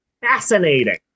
Fascinating